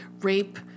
rape